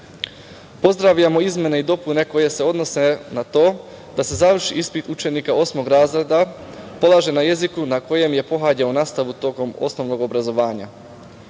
pitanje. Pozdravljamo izmene i dopune koje se odnose na to da se završni ispit učenika osmog razreda polaže na jeziku na kojem je pohađao nastavu tokom osnovnog obrazovanja.